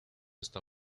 está